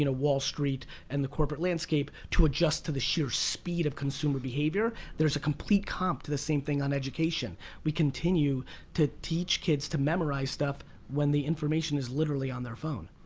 you know wall street, and the corporate landscape to adjust to the sheer speed of consumer behavior. there's a complete compt to the same thing on education. we continue to teach kids to memorize stuff when the information is literally on their phone.